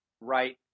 right